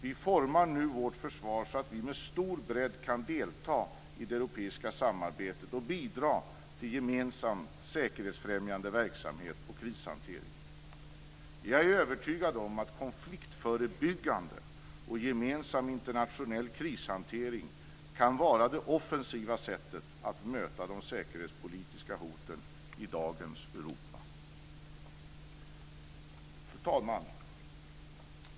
Vi utformar nu vårt försvar så att vi med stor bredd kan delta i det europeiska samarbetet och bidra till gemensam säkerhetsfrämjande verksamhet och krishantering. Jag är övertygad om att konfliktförebyggande och gemensam internationell krishantering kan vara det offensiva sättet att möta de säkerhetspolitiska hoten i dagens Europa. Fru talman!